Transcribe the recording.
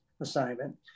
assignment